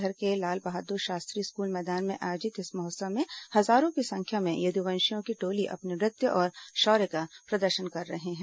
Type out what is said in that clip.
शहर के लाल बहादुर शास्त्री स्कूल मैदान में आयोजित इस महोत्सव में हजारों की संख्या में यदुवंशियों की टोली अपने नृत्य और शौर्य का प्रदर्शन कर रहे हैं